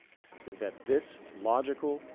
is that this logical,